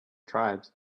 tribes